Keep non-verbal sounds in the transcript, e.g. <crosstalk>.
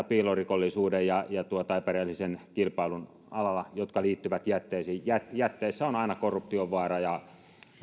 <unintelligible> piilorikollisuuden ja epärehellisen kilpailun alalla suuria haasteita jotka liittyvät jätteisiin jätteissä on aina korruption vaara ja